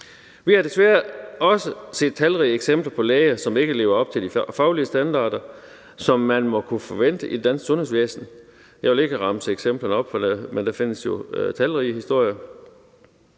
Vi har desværre også set talrige eksempler på læger, som ikke lever op til de faglige standarder, som man må kunne forvente i det danske sundhedsvæsen. Jeg vil ikke remse eksemplerne op, men der findes jo talrige historier.